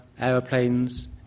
aeroplanes